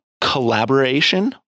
collaboration